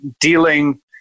dealing